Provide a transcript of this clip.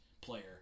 player